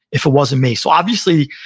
if it wasn't me. so obviously,